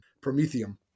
promethium